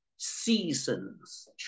seasons